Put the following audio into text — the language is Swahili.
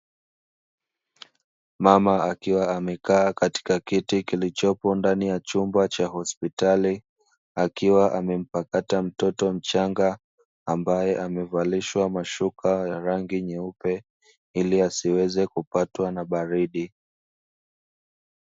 Mama akiwa amekaa katika kiti kilichopo ndani ya chumba cha hospitali akiwa amempakata mtoto mchanga, ambaye amevalishwa mashuka ya rangi nyeupe ili asiweze kupatwa na baridi.